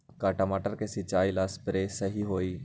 का टमाटर के सिचाई ला सप्रे सही होई?